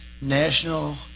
national